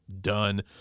done